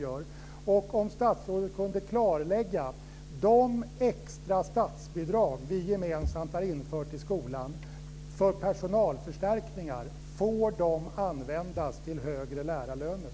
Det vore också bra om statsrådet kunde klarlägga om de extra statsbidrag vi gemensamt har infört till skolan för personalförstärkningar får användas till högre lärarlöner.